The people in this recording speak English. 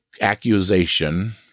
accusation